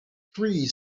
three